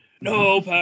No